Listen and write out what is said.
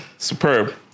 Superb